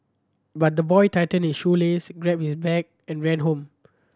but the boy tightened his shoelaces grabbed his bag and ran home